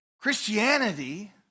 Christianity